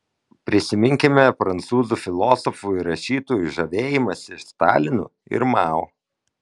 prisiminkime prancūzų filosofų ir rašytojų žavėjimąsi stalinu ir mao